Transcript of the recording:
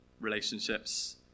Relationships